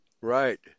right